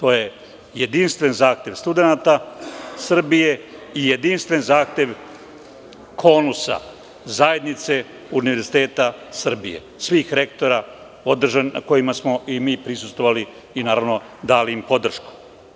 Radi se o jedinstvenom zahtevu studenata Srbije i jedinstvenom zahtevu KONUS-a, Zajednice univerziteta Srbije, svih rektora, na kojima smo i mi prisustvovali i dali im podršku.